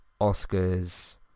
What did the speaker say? oscars